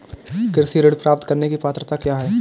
कृषि ऋण प्राप्त करने की पात्रता क्या है?